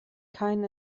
kein